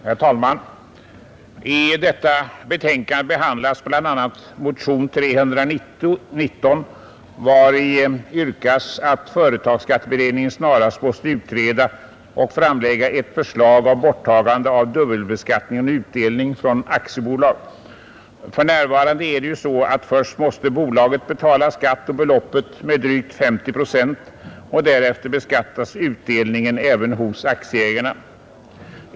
Herr talman! I detta betänkande behandlas bl.a. motionen 319, vari 7 M. yrkas att företagsskatteberedningen får i uppdrag att framlägga förslag om borttagande av dubbelbeskattningen av utdelning från aktiebolag. För närvarande är det ju så att först måste bolaget betala skatt på beloppet med drygt 50 procent, och därefter beskattas utdelningen även hos aktieägarna.